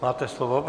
Máte slovo.